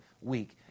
week